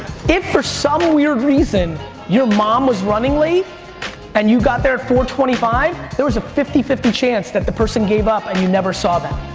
if for some weird reason your mom was running late and you got there at four twenty five, there was a fifty fifty chance that the person gave up and you never saw them.